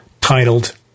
titled